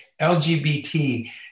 LGBT